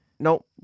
Nope